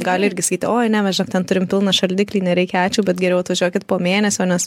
gali irgi sakyti oi ne mes žinok ten turim pilną šaldiklį nereikia ačiū bet geriau atvažiuokit po mėnesio nes